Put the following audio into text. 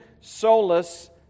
solus